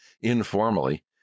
informally